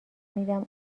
میدم